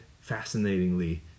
fascinatingly